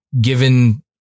given